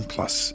Plus